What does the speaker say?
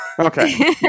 okay